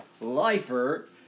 lifer